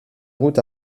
route